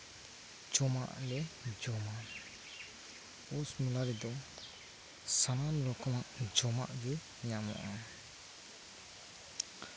ᱡᱚᱢᱟᱜ ᱞᱮ ᱡᱚᱢᱟ ᱯᱳᱥ ᱢᱮᱞᱟ ᱨᱮᱫᱚ ᱥᱟᱱᱟᱢ ᱞᱮᱠᱟᱱᱟᱜ ᱡᱚᱢᱟᱜ ᱧᱟᱢᱚᱜᱼᱟ